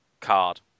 card